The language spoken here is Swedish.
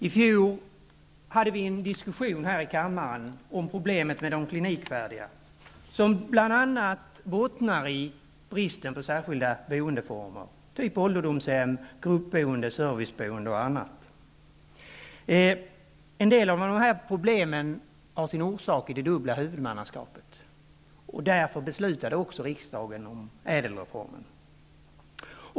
I fjol hade vi en diskussion här i kammaren om problemet med de klinikfärdiga patienterna, ett problem som bl.a. bottnar i bristen på särskilda boendeformer, typ ålderdomshem, gruppboende, serviceboende och annat. En del av de här problemen har sin orsak i det dubbla huvudmannaskapet, och därför beslutade också riksdagen om ÄDEL-reformen.